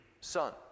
son